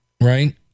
right